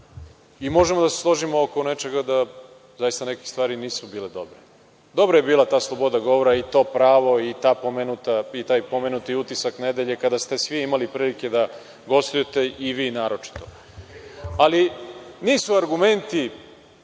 Možemo da se složimo oko nečega da neke stvari nisu bile dobre. Dobra je bila ta sloboda govora, i to pravo i taj pomenuti „Utisak nedelje“ kada ste svi imali prilike da gostujete, a vi naročito. Nisu argumenti